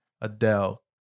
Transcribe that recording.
Adele